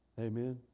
Amen